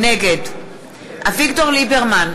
נגד אביגדור ליברמן,